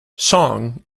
song